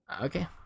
okay